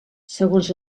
segons